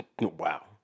Wow